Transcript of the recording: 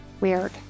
weird